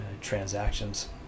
transactions